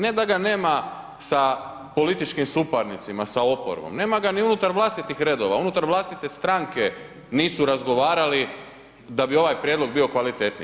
Ne da ga nema sa političkim suparnicima, sa oporbom, nema ga ni unutar vlastitih redova, unutar vlastite stranke nisu razgovarali da bi ovaj prijedlog bio kvalitetniji.